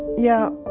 yeah.